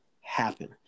happen